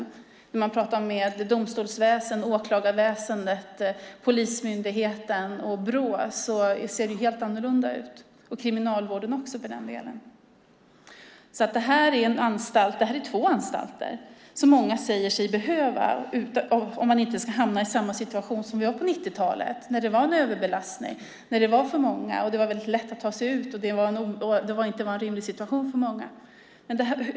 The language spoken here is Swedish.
När man talar med domstolsväsendet, åklagarväsendet, polismyndigheten, Brå och för den delen också Kriminalvården ser det helt annorlunda ut. Detta är två anstalter som många säger sig behöva om man inte ska hamna i samma situation som vi var i på 90-talet när det var en överbelastning. Det var väldigt lätt att ta sig ut, och det var inte en rimlig situation för många.